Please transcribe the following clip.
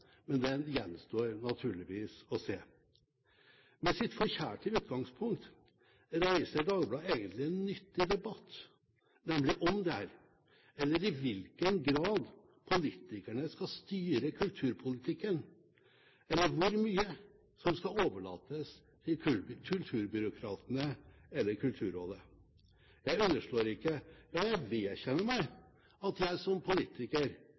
men det gjenstår naturligvis å se. Med sitt forkjærte utgangspunkt reiser Dagbladet egentlig en nyttig debatt, nemlig om det er politikerne som skal styre kulturpolitikken, og i hvilken grad, eller hvor mye som skal overlates til kulturbyråkratene eller Kulturrådet. Jeg underslår ikke – ja, jeg vedkjenner meg – at jeg som politiker